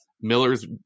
Miller's